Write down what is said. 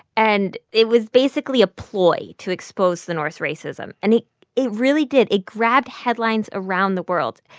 and it was basically a ploy to expose the north's racism. and it it really did. it grabbed headlines around the world.